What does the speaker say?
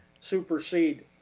supersede